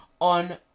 on